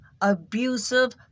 abusive